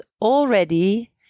already